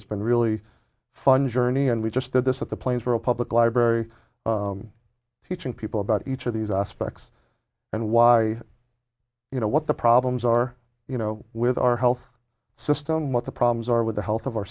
as been really fun journey and we just did this at the plains for a public library teaching people about each of these aspects and why you know what the problems are you know with our health system what the problems are with the health of our